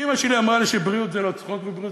ואימא שלי אמרה לי שבריאות זה לא צחוק ובריאות